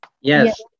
Yes